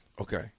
Okay